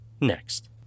next